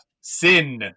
Sin